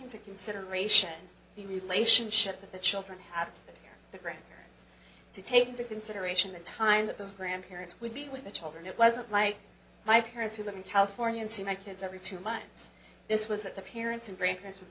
into consideration the relationship that the children have the grandparents to take into consideration the time that those grandparents would be with the children it wasn't like my parents who live in california and see my kids every two months this was that the parents and grandparents would